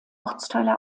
ortsteile